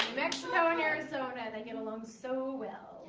mexico in arizona they get along so well